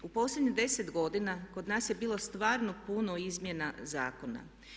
U posljednjih 10 godina kod nas je bilo stvarno puno izmjena zakona.